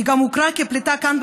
היא גם הוכרה כפליטה כאן,